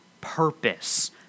purpose